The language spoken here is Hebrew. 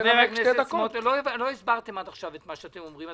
לא הסברתם עד עכשיו את מה שאתם אומרים.